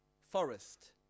forest